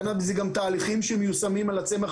קנאביס זה גם תהליכים שמיושמים על הצמח,